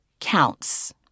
counts